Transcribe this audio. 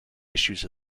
issues